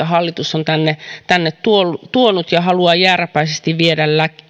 hallitus on tänne tuonut tuonut ja haluaa jääräpäisesti viedä